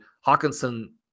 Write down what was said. Hawkinson